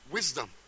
Wisdom